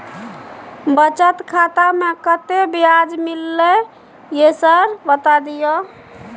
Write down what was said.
बचत खाता में कत्ते ब्याज मिलले ये सर बता दियो?